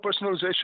personalization